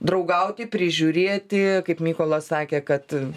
draugauti prižiūrėti kaip mykolas sakė kad